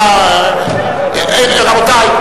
רבותי,